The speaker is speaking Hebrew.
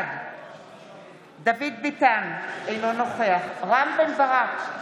בעד דוד ביטן, אינו נוכח רם בן ברק,